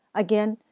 again,